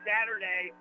Saturday